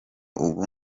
ubu